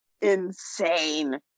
insane